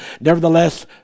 nevertheless